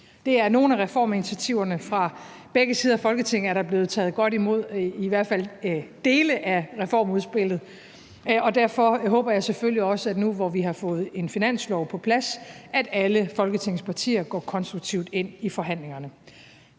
Det er nogle af reforminitiativerne. Fra begge sider af Folketinget er der blevet taget godt imod i hvert fald dele af reformudspillet. Derfor håber jeg selvfølgelig også, nu hvor vi har fået en finanslov på plads, at alle folketingspartier går konstruktivt ind i forhandlingerne.